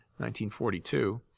1942